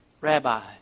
rabbi